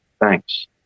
thanks